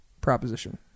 proposition